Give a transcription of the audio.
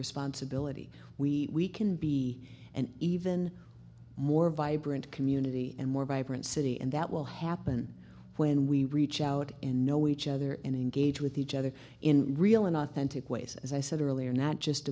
responsibility we can be an even more vibrant community and more vibrant city and that will happen when we reach out and know each other and engage with each other in real and authentic ways as i said earlier not just